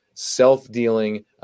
self-dealing